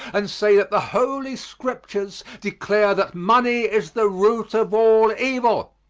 and say that the holy scriptures declare that money is the root of all evil.